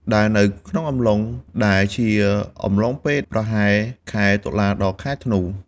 ដែលនៅក្នុងអំឡុង ដែលជាអំឡុងពេលប្រហែល ខែតុលា ដល់ ខែធ្នូ។